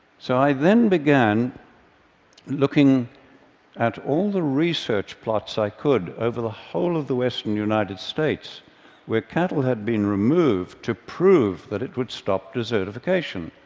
so i then began looking at all the research plots i could over the whole of the western united states where cattle had been removed to prove that it would stop desertification,